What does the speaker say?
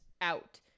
out